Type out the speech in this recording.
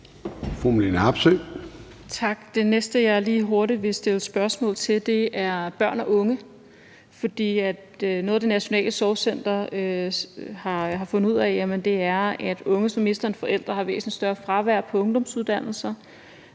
Marlene Harpsøe (DD): Tak. Det næste, jeg lige hurtigt vil stille et spørgsmål om, er børn og unge. Noget, Det Nationale Sorgcenter har fundet ud af, er, at unge, som mister en forælder, har væsentlig større fravær på ungdomsuddannelserne.